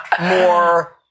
more